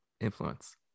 influence